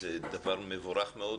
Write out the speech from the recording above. זה דבר מבורך מאוד,